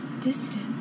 Distant